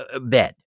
Bed